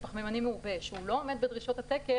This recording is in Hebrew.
פחמימני מעובה שהוא לא עומד בדרישות התקן,